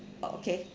okay